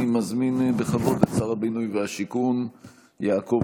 אני מזמין בכבוד את שר הבינוי והשיכון יעקב